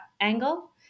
angle